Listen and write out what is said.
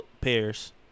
Pairs